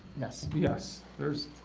yes yes there's